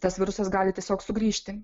tas virusas gali tiesiog sugrįžti